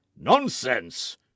Nonsense